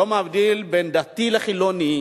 בין דתי לחילוני,